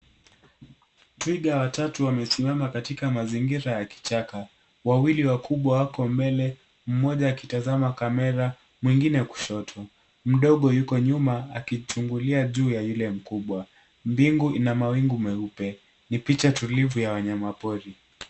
Twiga watatu wamesimama katika mazingira ya kichaka. Wawili wakubwa wako mbele, mmoja akitazama kamera, mwingine kushoto. Mdogo yuko nyuma akichungulia juu ya yule mkubwa. Mbingu ina mawingu meupe. Ni picha tulivu ya wanyama pori.